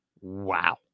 Wow